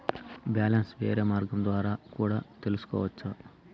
Balance వేరే మార్గం ద్వారా కూడా తెలుసుకొనొచ్చా?